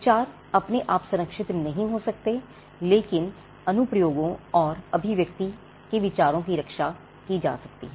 विचार अपने आप संरक्षित नहीं हो सकते लेकिन अनुप्रयोगों और अभिव्यक्ति की विचारों की रक्षा की जा सकती है